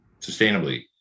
sustainably